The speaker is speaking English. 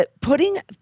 putting